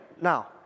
now